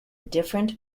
different